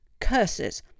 Curses